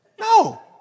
No